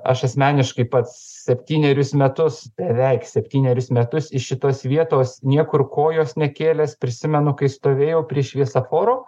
aš asmeniškai pats septynerius metus beveik septynerius metus iš šitos vietos niekur kojos nekėlęs prisimenu kai stovėjau prie šviesoforo